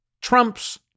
trumps